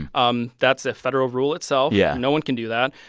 um that's a federal rule itself yeah no one can do that.